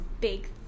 big